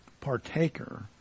partaker